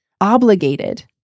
obligated